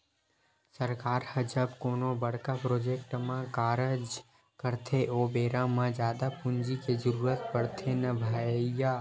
सरकार ह जब कोनो बड़का प्रोजेक्ट म कारज करथे ओ बेरा म जादा पूंजी के जरुरत पड़थे न भैइया